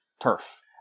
turf